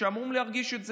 שאמורים להרגיש את זה.